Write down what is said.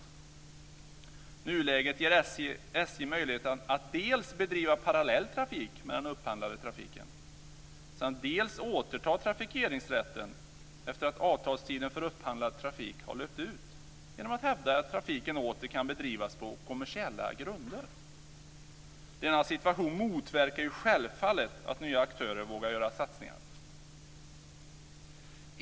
I nuläget har SJ möjlighet att dels bedriva parallell trafik med den upphandlade trafiken, dels återta trafikeringsrätten efter att avtalstiden för upphandlad trafik löpt ut genom att hävda att trafiken åter kan bedrivas på kommersiella grunder. Denna situation motverkar självfallet att nya aktörer vågar göra satsningar.